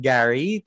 Gary